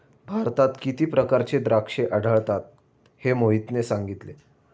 भारतात किती प्रकारची द्राक्षे आढळतात हे मोहितने सांगितले